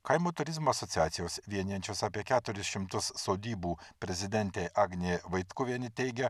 kaimo turizmo asociacijos vienijančios apie keturis šimtus sodybų prezidentė agnė vaitkuvienė teigia